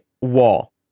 wall